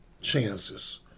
chances